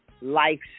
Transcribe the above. life